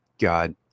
God